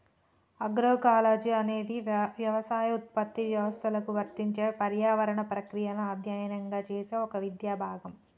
agroecology అనేది యవసాయ ఉత్పత్తి వ్యవస్థలకు వర్తించే పర్యావరణ ప్రక్రియలను అధ్యయనం చేసే ఒక విద్యా భాగం